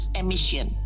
emission